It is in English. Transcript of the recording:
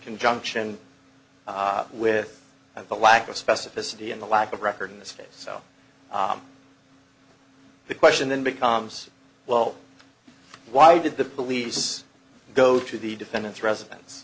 conjunction with the lack of specificity and the lack of record in this case so the question then becomes well why did the police go to the defendant's residence